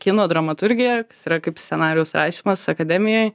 kino dramaturgiją yra kaip scenarijaus rašymas akademijoj